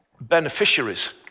beneficiaries